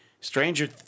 Stranger